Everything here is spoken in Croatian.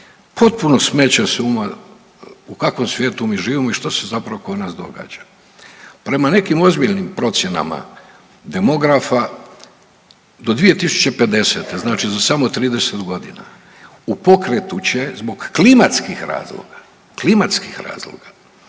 potpuno smeće s uma u kakvom svijetu mi živimo i što se zapravo oko nas događa. Prema nekim ozbiljnim procjenama demografa do 2050., znači za samo 30 godina u pokretu će, zbog klimatskih razloga, klimatskih razloga